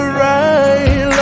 right